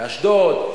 באשדוד,